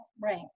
right